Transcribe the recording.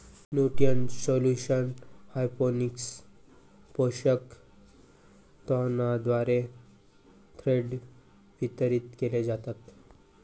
nutrient solution hydroponics पोषक द्रावणाद्वारे थेट वितरित केले जातात